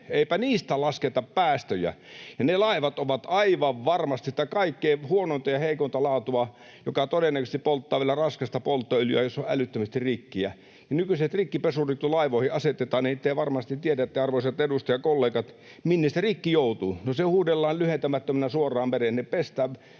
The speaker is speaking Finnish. Eipä niistä lasketa päästöjä, ja ne laivat ovat aivan varmasti sitä kaikkein huonointa ja heikointa laatua, jotka todennäköisesti polttavat vielä raskasta polttoöljyä, jossa on älyttömästi rikkiä. Nykyiset rikkipesurit kun laivoihin asetetaan, niin te varmasti tiedätte, arvoisat edustajakollegat, minne se rikki joutuu. No, se huuhdellaan lyhentämättömänä suoraan mereen. Ne pesurit